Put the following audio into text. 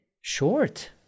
short